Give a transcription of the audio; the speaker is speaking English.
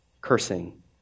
cursing